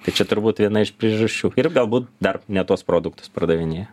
tai čia turbūt viena iš priežasčių ir galbūt dar ne tuos produktus pardavinėja